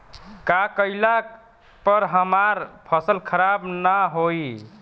का कइला पर हमार फसल खराब ना होयी?